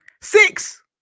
Six